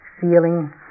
feeling